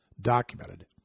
documented